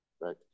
Right